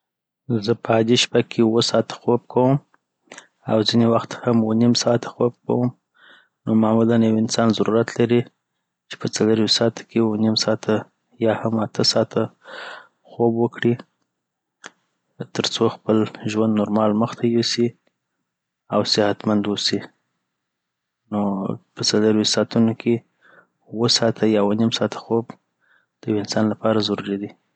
زه په عادي شپه کي اوو ساعته خوب کوم او ځيني وخت هم اوو نیم ساعت خوب کوم نو معمولا یو انسان ضرورت لري چي په څلورویشت ساعته کي اوو نیم ساعته یاهم اته ساعته خوب وکړي ترڅو خپل ژوند نورمال مخته یوسي .او صحتمند اوسی نو په څلیرویشت ساعتونو کي اوو ساعته یااوونیم ساعته خوب دیوانسان لپاره ضروری دی